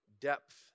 depth